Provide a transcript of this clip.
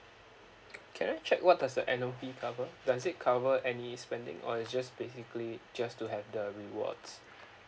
can I check what does the annual fee cover does it cover any spending or is just basically just to have the rewards